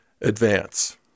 advance